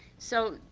so,